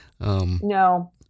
No